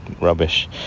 rubbish